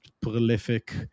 prolific